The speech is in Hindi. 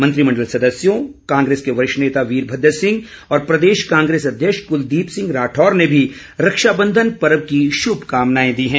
मंत्रिमण्डल सदस्यों कांग्रेस के वरिष्ठ नेता वीरभद्र सिंह और प्रदेश कांग्रेस अध्यक्ष कुलदीप सिंह राठौर ने भी रक्षाबंधन पर्व की शुभकामनाएं दी हैं